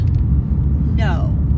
No